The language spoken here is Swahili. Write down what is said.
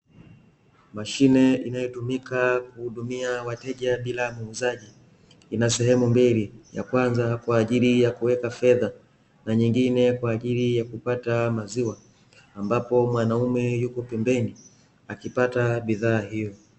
Mashine inayotumika kuhudumia wateja bila muuzaji, ina sehemu mbili. Ya kwanza kwa ajili ya kuweka fedha, na nyingine kwa ajili ya kupata maziwa, ambapo mwanaume yupo pembeni akipata bidhaa hiyo.